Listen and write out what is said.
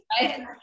right